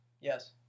Yes